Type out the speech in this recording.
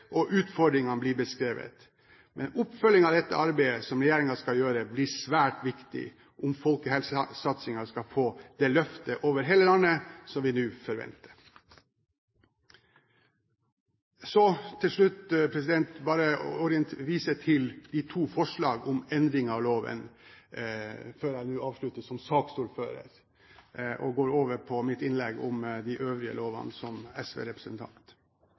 og utfordringene blir beskrevet. Men oppfølgingen av dette arbeidet som regjeringen skal gjøre, blir svært viktig om folkehelsesatsingen skal få det løftet over hele landet som vi nå forventer. Til slutt vil jeg bare vise til de to forslagene om endringer av loven, før jeg avslutter som saksordfører og går over på mitt innlegg om de øvrige lovene som